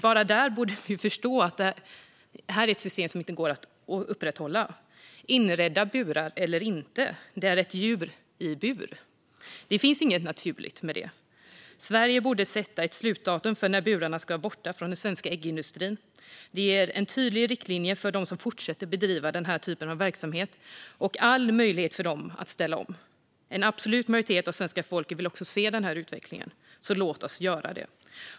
Bara där borde vi förstå att det här är ett system som inte går att upprätthålla, inredda burar eller inte. Det är ett djur i bur, och det finns inget naturligt med det. Sverige borde sätta ett slutdatum för när burarna ska vara borta från den svenska äggindustrin. Det ger en tydlig riktlinje för dem som fortsätter att bedriva den här typen av verksamhet och all möjlighet för dem att ställa om. En absolut majoritet av svenska folket vill också se den här utvecklingen, så låt oss göra det.